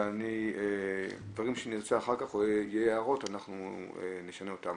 אבל דברים שנרצה אחר כך או אם יהיו הערות אנחנו נשנה אותם.